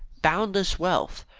boundless wealth,